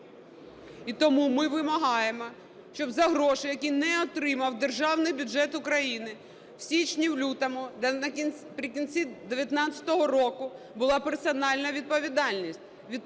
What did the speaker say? І тому ми вимагаємо, щоб за гроші, які не отримав державний бюджет України в січні-лютому та наприкінці 19-го року, була персональна відповідальність